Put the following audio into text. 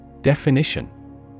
Definition